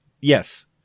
Yes